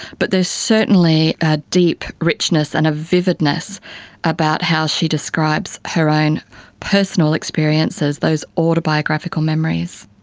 but there is certainly a deep richness and a vividness about how she describes her own personal experiences, those autobiographical memories.